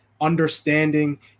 understanding